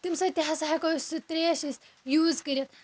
تَمہِ سۭتۍ تہِ ہَسا ہیکو أسۍ سُہ تریٚش أسۍ یوز کٔرِتھ